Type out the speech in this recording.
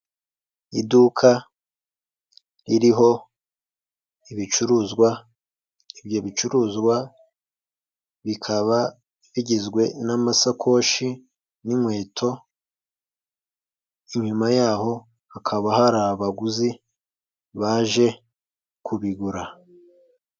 Iduka ririho ibicuruzwa, ibyo bicuruzwa bikaba bigizwe n'amasakoshi n'inkweto, inyuma yaho hakaba hari abaguzi baje kubigura.